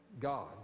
God